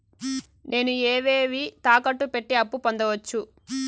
నేను ఏవేవి తాకట్టు పెట్టి అప్పు పొందవచ్చు?